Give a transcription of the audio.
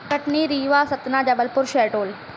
Katni Rewa Satna Jabalpur Shahdol